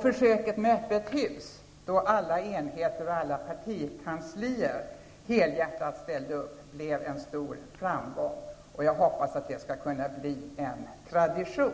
Försöket med öppet hus, där alla enheter och alla partikanslier helhjärtat ställde upp, blev en stor framgång. Jag hoppas att det skall kunna bli en tradition.